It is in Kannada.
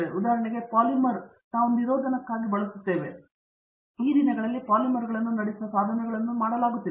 ಉದಾಹರಣೆಗೆ ಪಾಲಿಮರ್ ನಾವು ನಿರೋಧನಕ್ಕಾಗಿ ಬಳಸುತ್ತೇವೆ ಆದರೆ ಈ ದಿನಗಳಲ್ಲಿ ಪಾಲಿಮರ್ಗಳನ್ನು ನಡೆಸುವ ಸಾಧನಗಳನ್ನು ಮಾಡಲಾಗುತ್ತಿದೆ